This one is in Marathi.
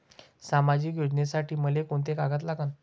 सामाजिक योजनेसाठी मले कोंते कागद लागन?